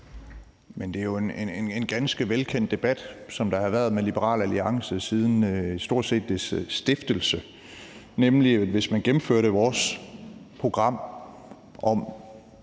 Men det er jo en ganske velkendt debat, som der har været med Liberal Alliance stort set siden dets stiftelse, nemlig at man, hvis man gennemførte vores program om